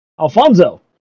Alfonso